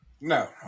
No